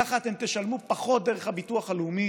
ככה אתם תשלמו פחות מדרך הביטוח הלאומי